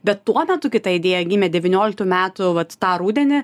bet tuo metu kita idėja gimė devynioliktų metų vat tą rudenį